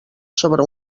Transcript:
sobre